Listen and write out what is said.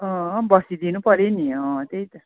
अँ बसिदिनु पर्यो नि अँ त्यही त